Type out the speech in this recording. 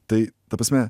tai ta prasme